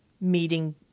meeting